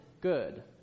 good